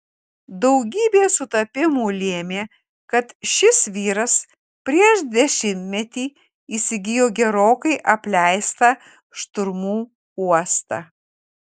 daugybė sutapimų lėmė kad šis vyras prieš dešimtmetį įsigijo gerokai apleistą šturmų uostą